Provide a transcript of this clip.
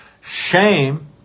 Shame